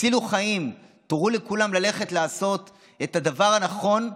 תצילו חיים, תורו לכולם ללכת לעשות את הדבר הנכון.